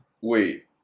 Wait